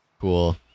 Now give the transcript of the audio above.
cool